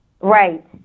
Right